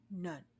None